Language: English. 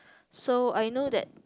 so I know that